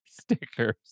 stickers